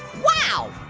wow,